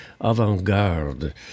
avant-garde